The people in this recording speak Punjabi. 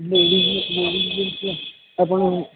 ਆਪਣੇ